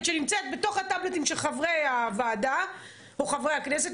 שנמצאת בתוך הטאבלטים של חברי הוועדה או חברי הכנסת,